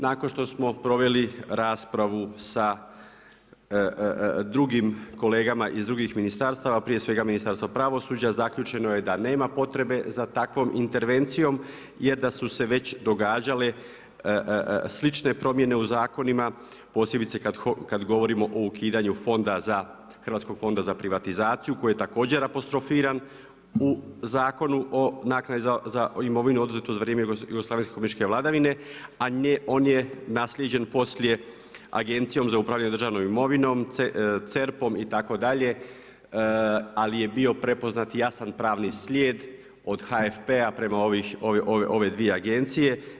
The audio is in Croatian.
Nakon što smo proveli raspravu sa drugim kolegama iz drugih ministarstava, prije svega Ministarstva pravosuđa zaključeno je da nema potrebe za takvom intervencijom jer da su se već događale slične promjene u zakonima posebice kada govorimo o ukidanju fonda za, Hrvatskog fonda za privatizaciju koji je također apostrofiran u Zakonu o naknadi za imovinu oduzetu za vrijeme jugoslavensko komunističke vladavine a on je naslijeđen poslije Agencijom za upravljanje državnom imovinom CERP-om itd., ali je bio prepoznat i jasan pravni slijed od HFP-a prema ove dvije agencije.